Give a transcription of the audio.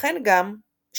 ייתכן גם שהשירים